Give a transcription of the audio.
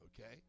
Okay